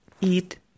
eat